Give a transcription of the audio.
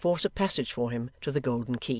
and force a passage for him to the golden key.